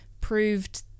proved